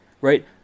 Right